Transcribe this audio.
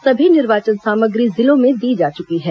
सभी निर्वाचन सामग्री जिलों में दी जा चुकी है